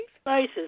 Spices